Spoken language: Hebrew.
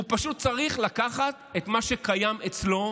הוא פשוט צריך לקחת את מה שקיים אצלו